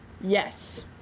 Yes